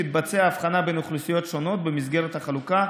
תתבצע הבחנה בין אוכלוסיות שונות במסגרת החלוקה,